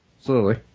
slowly